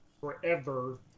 forever